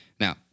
Now